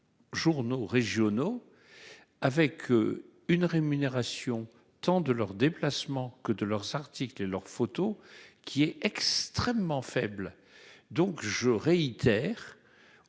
Journaux régionaux. Avec une rémunération tant de leurs déplacements que de leurs articles et leurs photos qui est extrêmement faible, donc je réitère.